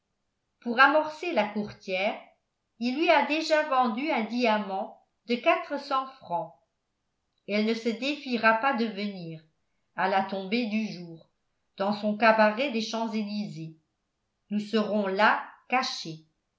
pour amorcer la courtière il lui a déjà vendu un diamant de quatre cents francs elle ne se défiera pas de venir à la tombée du jour dans son cabaret des champs-élysées nous serons là cachés